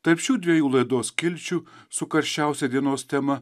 tarp šiųdviejų laidos skilčių su karščiausia dienos tema